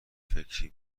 فکری